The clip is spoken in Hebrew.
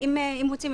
אם רוצים,